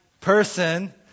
person